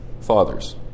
fathers